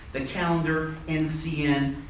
the calendar, ncn.